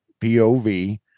POV